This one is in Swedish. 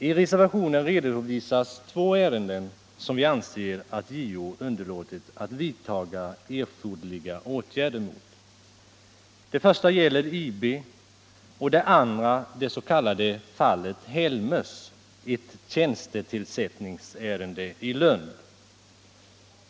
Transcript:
I reservationen redovisas två ärenden, där vi anser att JO underlåtit att vidtaga erforderliga åtgärder. Det första gäller IB och det andra det s.k. fallet Helmers, ett tjänstetillsättningsärende i Lund.